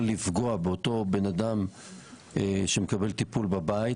לפגוע באותו בן אדם שמקבל טיפול בבית,